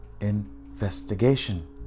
investigation